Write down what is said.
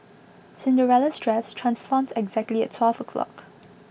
Cinderella's dress transformed exactly at twelve o' clock